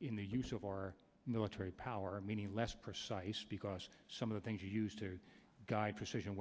in the use of our military power meaning less precise because some of the things used to guide precision